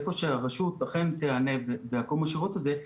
איפה שהרשות המקומית אכן תיענה בחיוב ויקום בה השירות הזה,